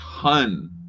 ton